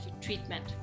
treatment